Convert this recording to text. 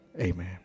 amen